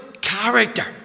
character